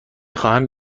خواهم